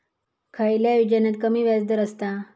खयल्या योजनेत कमी व्याजदर असता?